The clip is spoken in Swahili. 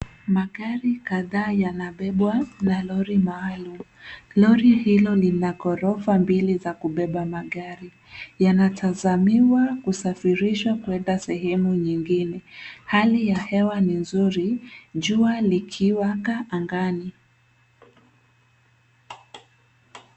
Magari kadhaa yanabebwa na lori maalum. Lori hilo lina ghorofa mbili za kubeba magari, yanatazamiwa kusafirishwa kwenda sehemu nyingine. Hali ya hewa ni zuri, jua likiwaka angani.